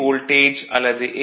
voltage அல்லது ஏ